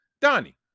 Donnie